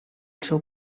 seu